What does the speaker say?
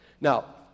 Now